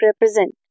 represent